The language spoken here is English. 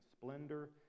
splendor